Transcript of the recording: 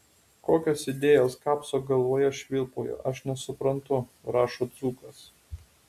kokios idėjos kapso galvoje švilpauja aš nesuprantu rašo dzūkas